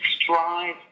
strive